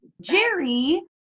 Jerry